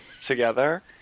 together